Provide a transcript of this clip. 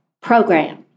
program